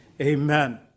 Amen